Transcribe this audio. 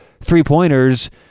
three-pointers